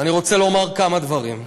ואני רוצה לומר כמה דברים: